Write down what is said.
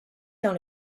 dans